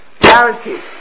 Guaranteed